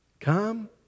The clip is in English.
come